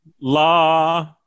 La